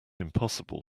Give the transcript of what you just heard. impossible